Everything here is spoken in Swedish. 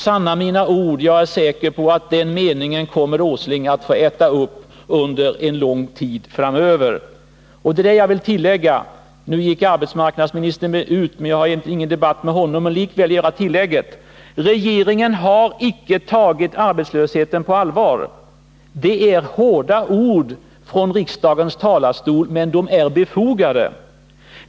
Sanna mina ord: Den meningen kommer Nils Åsling att få äta upp under en lång tid framöver. Nu gick arbetsmarknadsministern ut. Jag har egentligen ingen debatt med honom, men jag vill likväl göra tillägget: Regeringen har icke tagit arbetslösheten på allvar. Det är hårda ord från riksdagens talarstol, men de är befogade.